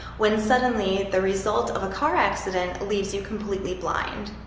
when suddenly, the result of a car accident leaves you completely blind.